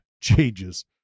changes